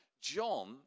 John